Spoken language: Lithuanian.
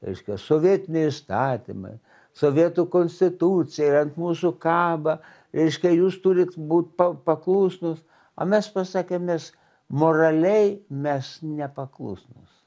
reiškia sovietiniai įstatymai sovietų konstitucija ir ant mūsų kaba reiškia jūs turit būt pa paklusnūs o mes pasakėm mes moraliai mes nepaklusnūs